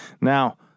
now